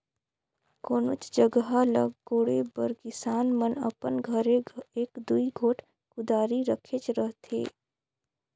कोनोच जगहा ल कोड़े बर किसान मन अपन घरे एक दूई गोट कुदारी रखेच रहथे